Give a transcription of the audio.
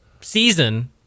season